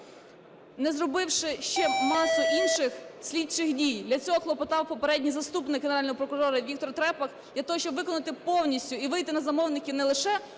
не зробивши ще масу інших слідчих дій. Для цього клопотав попередній заступник Генерального прокурора Віктор Трепак для того, щоб виконати повністю і вийти на замовників не лише